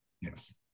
Yes